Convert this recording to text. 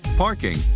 parking